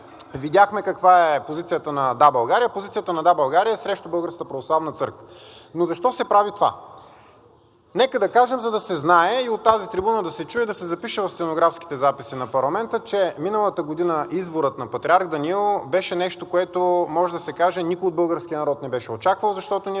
Видяхме каква е позицията на „Да, България“. Позицията на „Да, България“ е срещу Българската православна църква. Но защо се прави това? Нека да кажем, за да се знае и от тази трибуна да се чуе, и да се запиша в стенографските записи на парламента, че миналата година изборът на патриарх Даниил беше нещо, което, може да се каже, никой от българския народ не беше очаквал, защото ние